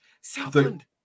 Southland